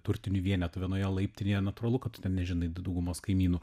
turtinių vienetų vienoje laiptinėje natūralu kad tu ten nežinai daugumos kaimynų